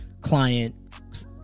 client